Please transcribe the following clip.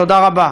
תודה רבה.